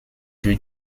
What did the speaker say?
jeux